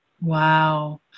wow